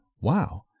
Wow